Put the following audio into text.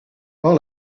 par